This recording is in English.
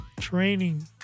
training